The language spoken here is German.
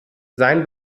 sein